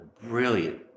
Brilliant